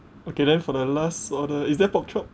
okay then for the last order is there pork chop